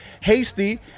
hasty